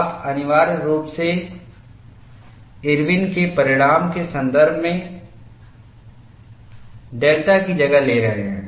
आप अनिवार्य रूप से इरविन के परिणाम के संदर्भ में डेल्टा की जगह ले रहे हैं